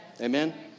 Amen